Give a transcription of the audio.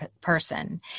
person